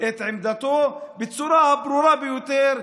את עמדתו בצורה הברורה ביותר.